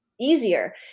easier